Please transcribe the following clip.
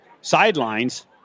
sidelines